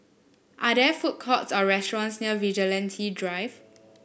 are there food courts or restaurants near Vigilante Drive